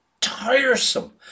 tiresome